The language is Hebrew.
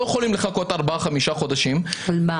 כבוד הרב, זו שרת העלייה והקליטה.